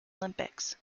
olympics